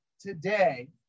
today